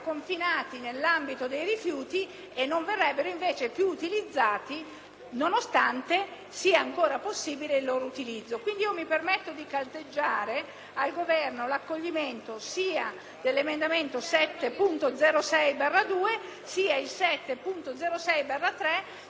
al Governo l'accoglimento degli emendamenti 7.0.6/2 e 7.0.6/3 (testo 2), perché per le aree virtuose del nostro Paese questo concorrerebbe davvero ad organizzare meglio le raccolte e gli smaltimenti e comporterebbe una riduzione dei rifiuti avviati